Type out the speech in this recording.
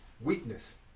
weakness